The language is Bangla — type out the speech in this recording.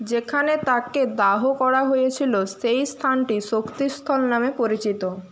যেখানে তাকে দাহ করা হয়েছিলো সেই স্থানটি শক্তিস্থল নামে পরিচিত